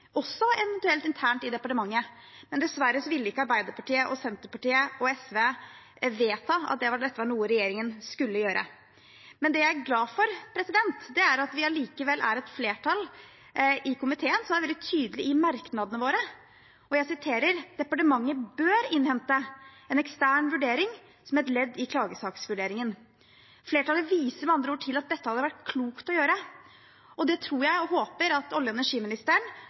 også eventuelt internt i departementet. Men dessverre ville ikke Arbeiderpartiet, Senterpartiet og SV vedta at dette var noe regjeringen skulle gjøre. Men det er jeg glad for, er at det allikevel er et flertall i komiteen som er veldig tydelig i merknadene sine. Jeg siterer: departementet bør innhente en ekstern vurdering som et ledd i klagesaksvurderingen.» Flertallet viser med andre ord til at dette hadde vært klokt å gjøre. Det tror og håper jeg at olje- og energiministeren